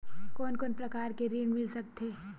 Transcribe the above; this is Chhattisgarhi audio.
कोन कोन प्रकार के ऋण मिल सकथे?